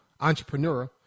entrepreneur